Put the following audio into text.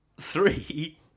three